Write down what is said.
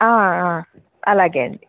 అలాగే అండి